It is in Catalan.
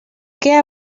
què